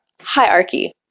hierarchy